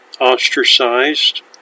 ostracized